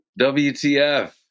WTF